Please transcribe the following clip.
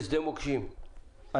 לשדה מוקשים,